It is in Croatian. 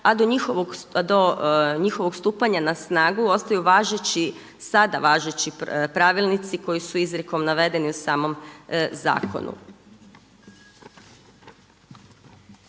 a do njihovog stupanja na snagu ostaju važeći sada važeći pravilnici koji su izrijekom navedeni u samom zakonu.